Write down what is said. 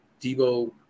Debo